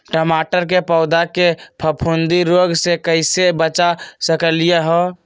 टमाटर के पौधा के फफूंदी रोग से कैसे बचा सकलियै ह?